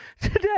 Today